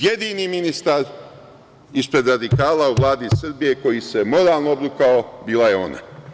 Jedini ministar ispred radikala u Vladi Srbije koji se moralno obrukao bila je ona.